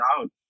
out